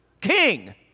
King